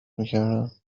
میکردن